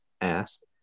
asked